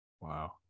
Wow